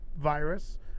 virus